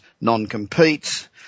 non-competes